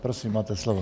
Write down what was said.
Prosím, máte slovo.